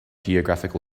geographical